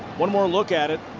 one more look at it.